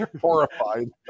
Horrified